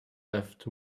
left